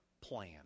plan